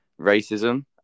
racism